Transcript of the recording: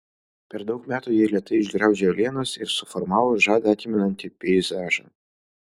per daug metų ji lėtai išgraužė uolienas ir suformavo žadą atimantį peizažą